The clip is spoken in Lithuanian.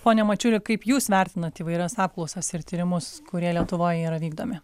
pone mačiuli kaip jūs vertinat įvairias apklausas ir tyrimus kurie lietuvoj yra vykdomi